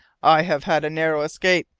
i have had a narrow escape!